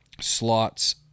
slots